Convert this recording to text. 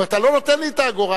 אם אתה לא נותן לי את האגורה,